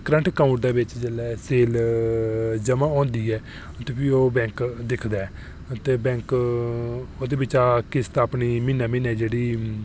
current account दे बिच जेल्लै सेल जमां होंदी ऐ ते भी ओह् बैंक दि ऐ ते ओह् बैंक ओह्दे चा किस्त अपनी म्हीनै म्हीनै